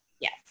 Yes